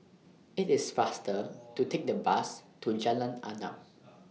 IT IS faster to Take The Bus to Jalan Arnap